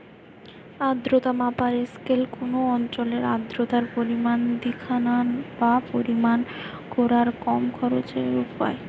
আর্দ্রতা মাপার স্কেল কুনো অঞ্চলের আর্দ্রতার পরিমাণ দিখানা বা পরিমাপ কোরার কম খরচের উপায়